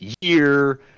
year